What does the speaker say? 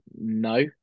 no